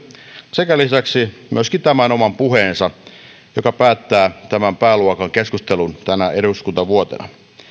sekä lisäksi myöskin tämän oman puheensa joka päättää tämän pääluokan keskustelun tänä eduskuntavuotena